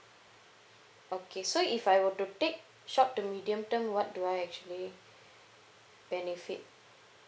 okay so if I were to take short to medium term what do I actually benefit